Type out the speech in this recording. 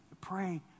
Pray